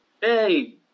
hey